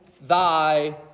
thy